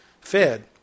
fed